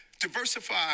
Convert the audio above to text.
diversify